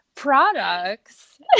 products